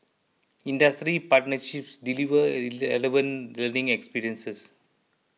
industry partnerships deliver relevant learning experiences